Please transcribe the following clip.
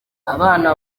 abana